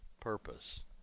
purpose